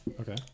Okay